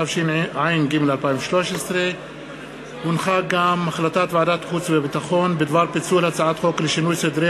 התשע"ג 2013. החלטת ועדת החוץ והביטחון בדבר פיצול הצעת חוק לשינוי סדרי